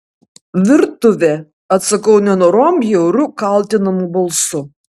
virtuvė atsakau nenorom bjauriu kaltinamu balsu